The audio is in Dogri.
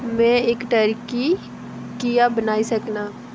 में इक टर्की कि'यां बनाई सकनां